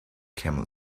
camel